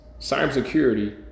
cybersecurity